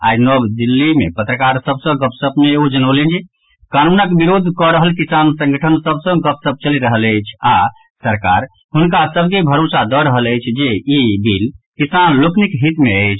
आइ नव दिल्ली मे पत्रकार सभ सॅ गपशप मे ओ जनौलनि जे कानूनक विरोध कऽ रहल किसान संगठन सभ सॅ गपशप चलि रहल अछि आओर सरकार हुनका सभ के भरोसा दऽ रहल अछि जे ई बिल किसान लोकनिक हित मे अछि